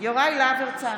יוראי להב הרצנו,